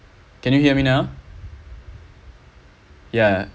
can you hear me now yeah